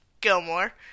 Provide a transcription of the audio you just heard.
Gilmore